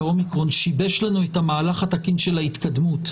שיבש לנו את המהלך התקין של ההתקדמות.